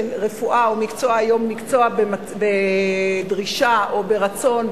רפואה הוא היום מקצוע בדרישה או ברצון,